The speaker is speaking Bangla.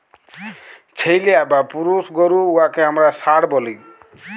ছেইল্যা বা পুরুষ গরু উয়াকে আমরা ষাঁড় ব্যলি